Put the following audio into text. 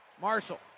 Marshall